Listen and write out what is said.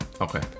Okay